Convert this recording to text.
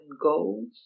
goals